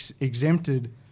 exempted